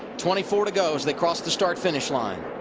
twenty four to go as they cross the start finish line.